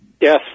Yes